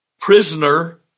prisoner